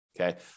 Okay